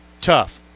Tough